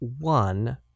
one